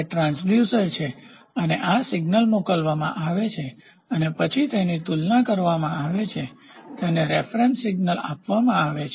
તે ટ્રાંસડ્યુસર છે અને આ સિગ્નલ મોકલવામાં આવે છે અને પછી તેની તુલના કરવામાં આવે છે અને રેફરન્સ સીગ્નલ સંદર્ભ સંકેત આપવામાં આવે છે